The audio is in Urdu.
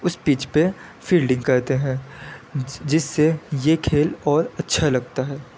اس پچ پہ فیلڈنگ کرتے ہیں جس سے یہ کھیل اور اچھا لگتا ہے